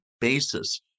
basis